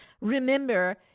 remember